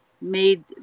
made